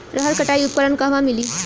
रहर कटाई उपकरण कहवा मिली?